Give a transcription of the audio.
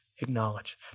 acknowledge